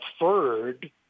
third